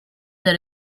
that